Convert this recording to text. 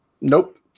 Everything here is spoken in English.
nope